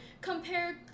compared